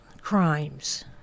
crimes